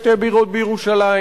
ושתי בירות בירושלים.